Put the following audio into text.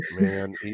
man